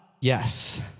yes